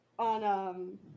On